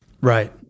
right